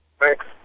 Thanks